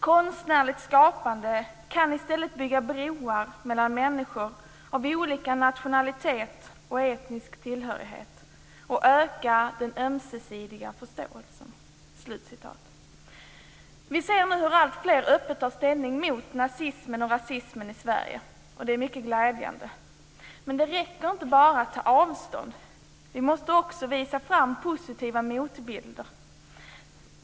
Konstnärligt skapande kan i stället bygga broar mellan människor av olika nationalitet och etnisk tillhörighet och öka den ömsesidiga förståelsen." Vi ser nu hur alltfler öppet tar ställning mot nazismen och rasismen i Sverige. Det är mycket glädjande. Men det räcker inte bara att ta avstånd. Vi måste också visa fram positiva motbilder.